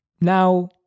Now